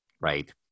right